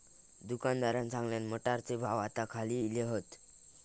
दुकानदारान सांगल्यान, मटारचे भाव आता खाली इले हात